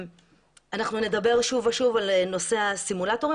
אנחנו נדבר שוב ושוב על נושא הסימולטורים